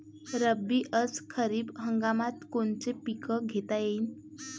रब्बी अस खरीप हंगामात कोनचे पिकं घेता येईन?